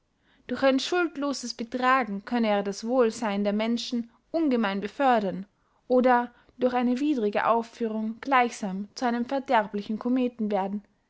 durch ein schuldloses betragen könne er das wohlseyn der menschen ungemein befördern oder durch eine widrige aufführung gleichsam zu einem verderblichen cometen werden